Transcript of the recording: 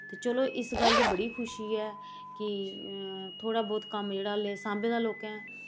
ते चलो इस गल्ल दी बड़ी खुशी ऐ कि थोह्ड़ा बौह्त कम्म जेह्ड़ा आल्लै सांभे दा लोकें